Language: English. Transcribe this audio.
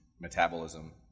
metabolism